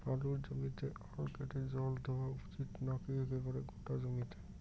আলুর জমিতে আল কেটে জল দেওয়া উচিৎ নাকি একেবারে গোটা জমিতে?